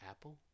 Apple